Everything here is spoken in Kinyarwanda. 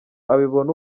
abibona